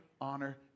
honor